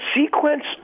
sequence